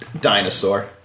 Dinosaur